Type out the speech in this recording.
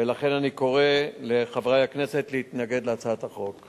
ולכן, אני קורא לחברי הכנסת להתנגד להצעת החוק.